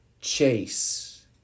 chase